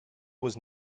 was